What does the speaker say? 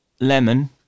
Lemon